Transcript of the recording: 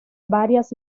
varias